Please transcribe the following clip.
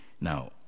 Now